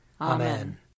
Amen